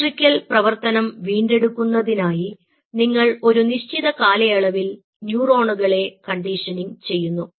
electrical പ്രവർത്തനം വീണ്ടെടുക്കുന്നതിനായി നിങ്ങൾ ഒരു നിശ്ചിത കാലയളവിൽ ന്യൂറോണുകളെ കണ്ടീഷനിംഗ് ചെയ്യുന്നു